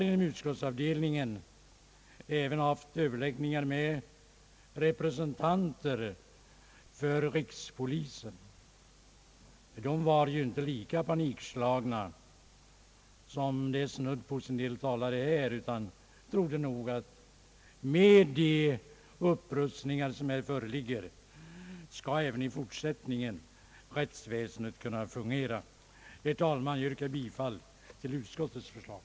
Inom utskottsavdelningen har vi även haft överläggningar med representanter för rikspolisen. De var ju inte lika panikslagna som en del talare här, och de trodde att med de upprustningar som föreslås skall rättsväsendet kunna fungera även i fortsättningen. Herr talman! Jag yrkar bifall till utskottets förslag.